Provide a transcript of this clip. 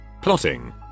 plotting